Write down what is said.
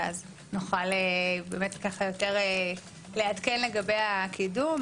ואז נוכל יותר לעדכן לגבי הקיום.